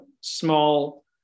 small